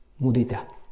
mudita